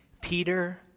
Peter